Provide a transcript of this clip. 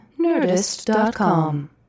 Nerdist.com